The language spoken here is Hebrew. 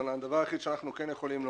אבל הדבר היחיד שאנחנו כן יכולים לומר,